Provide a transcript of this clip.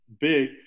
big